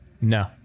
No